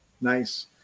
Nice